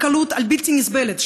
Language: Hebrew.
הקלות הבלתי-נסבלת,